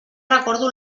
recordo